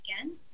again